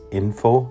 info